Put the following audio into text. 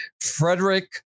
Frederick